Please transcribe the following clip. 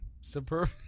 Superb